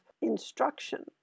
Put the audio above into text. instruction